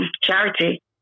Charity